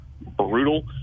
brutal